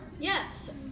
Yes